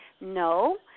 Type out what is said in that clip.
No